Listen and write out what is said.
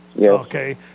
Okay